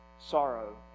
sorrow